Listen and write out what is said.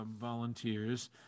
volunteers